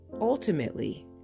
ultimately